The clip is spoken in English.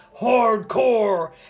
hardcore